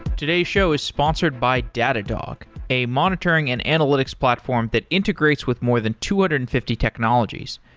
today's show is sponsored by datadog, a monitoring and analytics platform that integrates with more than two hundred and fifty technologies,